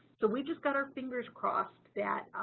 so we've just got our fingers crossed that